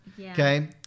Okay